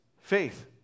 faith